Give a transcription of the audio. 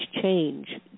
change